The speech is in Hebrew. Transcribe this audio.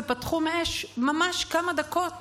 ופתחו באש במרחק של ממש כמה דקות